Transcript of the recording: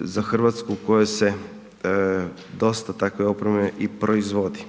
Za Hrvatsku u kojoj se dosta takve opreme i proizvodi.